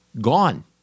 gone